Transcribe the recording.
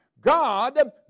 God